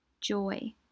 Joy